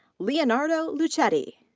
leonardo luchetti.